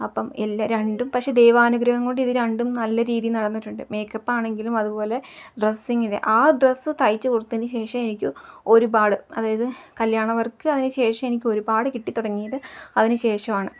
അപ്പം എല് രണ്ടും പക്ഷേ ദൈവാനുഗ്രഹം കൊണ്ട് ഇത് രണ്ടും നല്ല രീതിയിൽ നടന്നിട്ടുണ്ട് മേക്കപ്പാണെങ്കിലും അതുപോലെ ഡ്രസ്സിങ്ങിൻ്റെ ആ ഡ്രസ്സ് തയ്ച്ചു കൊടുത്തതിനു ശേഷം എനിക്ക് ഒരുപാട് അതായത് കല്യാണ വർക്ക് അതിനു ശേഷം എനിക്ക് ഒരുപാട് കിട്ടി തുടങ്ങിയത് അതിനു ശേഷമാണ്